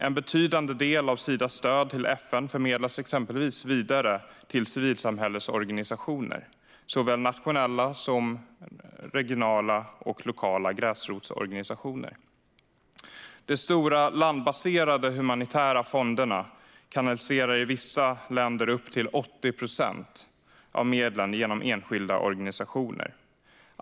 En betydande del av Sidas stöd till FN förmedlas exempelvis vidare till civilsamhällesorganisationer, såväl nationella som regionala och lokala gräsrotsorganisationer. De stora landbaserade humanitära fonderna kanaliserar i vissa länder upp till 80 procent av medlen genom enskilda organisationer.